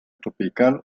tropical